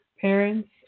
parents